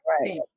right